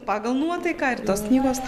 pagal nuotaiką ir tos knygos